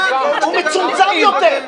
הוא מצומצם יותר.